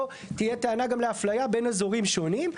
תהיה גם טענה לאפליה בין אזורים שונים.